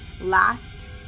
Last